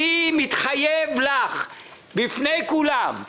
אני מתחייב לך בפני כולם,